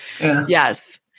Yes